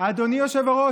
אדוני היושב-ראש,